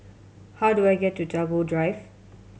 how do I get to Tagore Drive